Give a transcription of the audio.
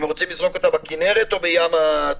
אם הם רוצים לזרוק אותה בכינרת או בים התיכון,